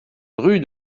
rue